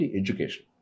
education